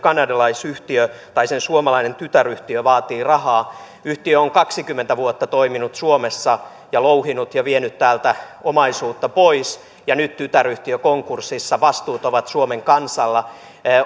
kanadalaisyhtiö tai sen suomalainen tytäryhtiö vaatii rahaa yhtiö on kaksikymmentä vuotta toiminut suomessa ja louhinut ja vienyt täältä omaisuutta pois ja nyt tytäryhtiön konkurssissa vastuut ovat suomen kansalla